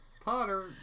Potter